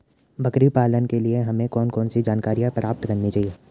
बकरी पालन के लिए हमें कौन कौन सी जानकारियां प्राप्त करनी चाहिए?